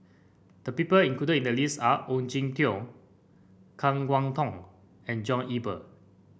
the people included in the list are Ong Jin Teong Kan Kwok Toh and John Eber